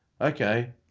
Okay